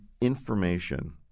information